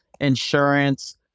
insurance